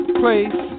place